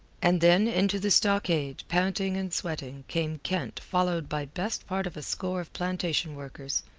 and then into the stockade, panting and sweating, came kent followed by best part of a score of plantation workers,